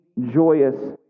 joyous